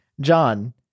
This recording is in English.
John